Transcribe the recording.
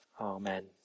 Amen